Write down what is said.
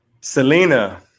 Selena